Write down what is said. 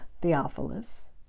Theophilus